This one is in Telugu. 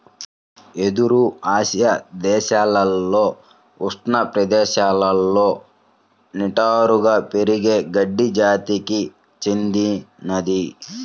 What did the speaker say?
వెదురు ఆసియా దేశాలలో ఉష్ణ ప్రదేశాలలో నిటారుగా పెరిగే గడ్డి జాతికి చెందినది